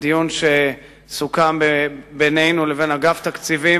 בדיון שסוכם בינינו לבין אגף תקציבים